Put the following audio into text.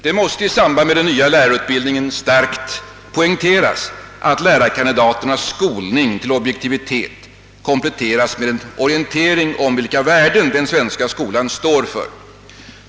Det måste i samband med förslaget om den nya lärarutbildningen starkt poängteras att lärarkandidaternas skolning till objektivitet måste kompletteras med en orientering om vilka värden den svenska skolan står för.